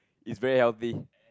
it's very healthy